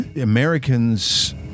Americans